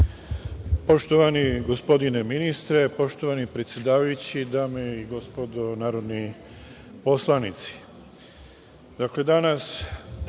Poštovani gospodine ministre, poštovani predsedavajući, dame i gospodo narodni poslanici, danas